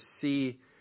see